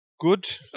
good